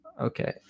Okay